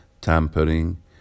tampering